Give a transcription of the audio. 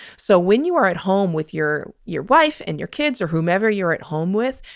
so when you are at home with your your wife and your kids or whomever you're at home with,